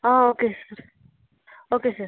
okay sir okay sir